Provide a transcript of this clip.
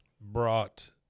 brought